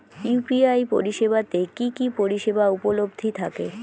UPI পরিষেবা তে কি কি পরিষেবা উপলব্ধি থাকে?